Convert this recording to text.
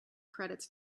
credits